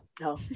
no